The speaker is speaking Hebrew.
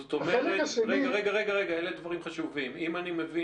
זאת אומרת, אם אני מבין